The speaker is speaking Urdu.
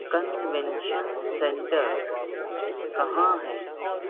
کنونشن سینٹر کہاں ہے